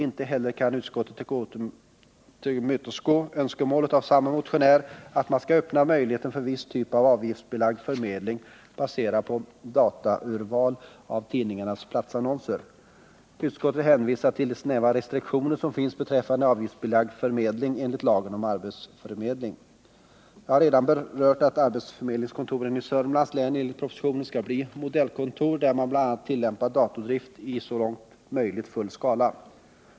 Inte heller kan utskottet tillmötesgå önskemålet av samme motionär om att man skall öppna möjlighet till viss typ av avgiftsbelagd förmedling, baserad på dataurval av tidningarnas platsannonser. Utskottet hänvisar till de snävare restriktioner som finns beträffande avgiftsbelagd förmedling enligt lagen om arbetsförmedling. Jag har redan berört det förhållandet att arbetsförmedlingskontoren i Södermanlands län enligt propositionen skall bli modellkontor, där man bl.a. tillämpar datordrift i så långt möjligt full skala.